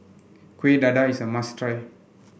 Kueh Dadar is must try